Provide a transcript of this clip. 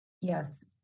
Yes